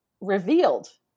revealed